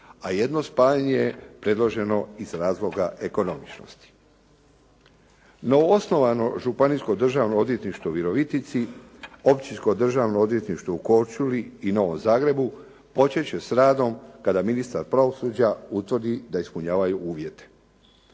A jedno spajanje je predloženo iz razloga ekonomičnosti. Novoosnovano Županijsko državno odvjetništvo u Virovitici, Općinsko državno odvjetništvo u Korčuli i Novom Zagrebu počet će s radom kada ministar pravosuđa utvrdi da ispunjavaju uvjete.